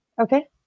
Okay